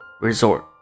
resort